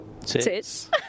Tits